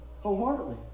wholeheartedly